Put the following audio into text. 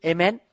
Amen